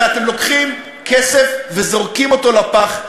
הרי אתם לוקחים כסף וזורקים אותו לפח,